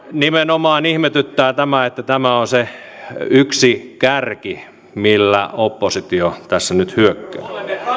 nimenomaan ihmetyttää tämä että tämä on se yksi kärki millä oppositio tässä nyt hyökkää